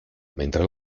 mentre